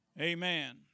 Amen